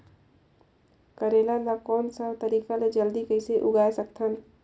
करेला ला कोन सा तरीका ले जल्दी कइसे उगाय सकथन?